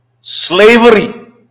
slavery